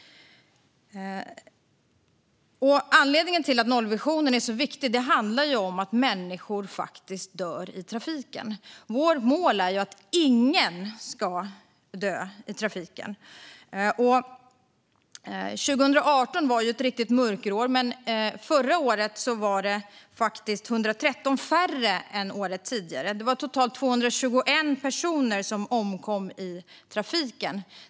Anledningen till att nollvisionen är så viktig är att det handlar om att människor faktiskt dör i trafiken. Vårt mål är att ingen ska dö i trafiken. År 2018 var ett riktigt mörkt år. Men förra året var det faktiskt 113 färre än året tidigare som omkom i trafiken. Det var totalt 221 personer som då omkom i trafiken.